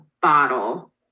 bottle